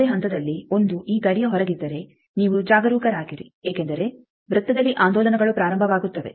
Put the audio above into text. ಯಾವುದೇ ಹಂತದಲ್ಲಿ 1 ಈ ಗಡಿಯ ಹೊರಗಿದ್ದರೆ ನೀವು ಜಾಗರೂಕರಾಗಿರಿ ಏಕೆಂದರೆ ವೃತ್ತದಲ್ಲಿ ಆಂದೋಲನಗಳು ಪ್ರಾರಂಭವಾಗುತ್ತವೆ